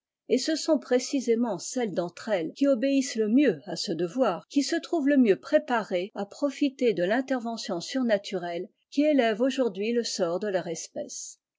et ce sont précisément celles d'entre elles qui obéissent le mieux à ce devoir qui se trouvent le mieux préparées à profiter de tinte rvention surnaturelle qui élève aujourd'hui le sort de leur espèce